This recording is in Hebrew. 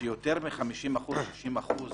שיותר מ-50%, 60% מהתיקים,